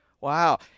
Wow